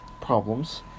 problems